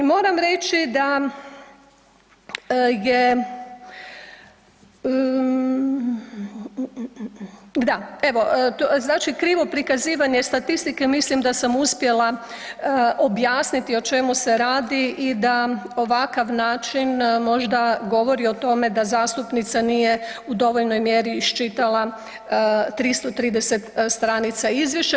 Moram reći da je, da evo, znači krivo prikazivanje statistike mislim da sam uspjela objasniti o čemu se radi i da ovakav način možda govori o tome da zastupnica nije u dovoljnoj mjeri iščitala 330 stranica izvješća.